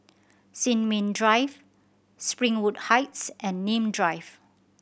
Sin Ming Drive Springwood Heights and Nim Drive